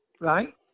right